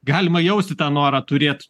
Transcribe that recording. galima jausti tą norą turėt